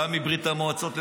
גם מברית המועצות לשעבר,